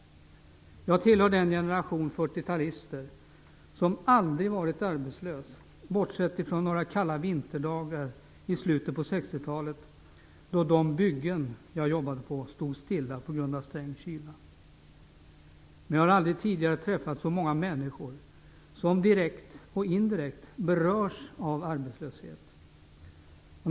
Jag tillhör den generation 40-talister som aldrig varit arbetslös, bortsett från några kalla vinterdagar i slutet på 60-talet då de byggen där jag jobbade stod stilla på grund av sträng kyla. Jag har aldrig tidigare träffat så många människor som direkt och indirekt berörs av arbetslösheten.